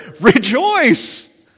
rejoice